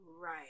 Right